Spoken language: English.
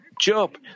Job